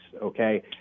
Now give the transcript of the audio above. okay